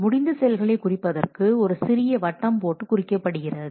முடிந்த செயல்களை குறிப்பதற்கு ஒரு சிறிய வட்டம் போட்டு குறிக்கப்படுகிறது